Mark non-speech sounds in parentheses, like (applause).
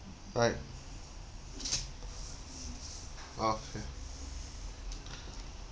right okay (breath)